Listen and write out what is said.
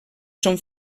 són